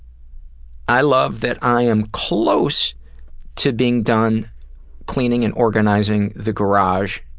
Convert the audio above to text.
i love that i am close to being done cleaning and organizing the garage,